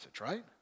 right